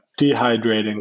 dehydrating